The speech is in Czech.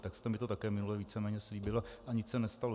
Tak jste mi to také minule víceméně slíbil, a nic se nestalo.